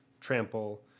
trample